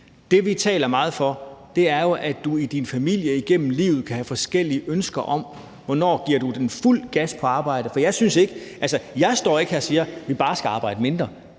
Det, vi taler meget for, er jo, at du i din familie igennem livet kan have forskellige ønsker om, hvornår du giver den fuld gas på arbejdet. Altså, jeg står ikke her og siger, at vi bare skal arbejde mindre.